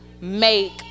make